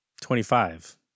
Twenty-five